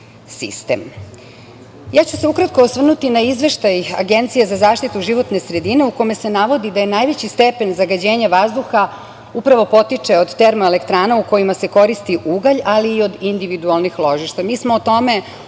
ću se osvrnuti na izveštaj Agencije za zaštitu životne sredine, u kome se navodu da najveći stepen zagađenja vazduha upravo potiče od termoelektrana u kojima se koristi ugalj, ali i od individualnih ložišta.